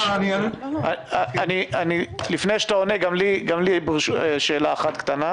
לפני שאתה עונה גם לי יש שאלה קטנה: